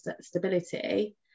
stability